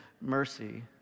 mercy